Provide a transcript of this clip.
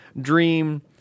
dream